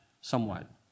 somewhat